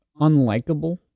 unlikable